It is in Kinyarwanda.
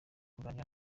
kuganira